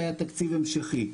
היה תקציב המשכי.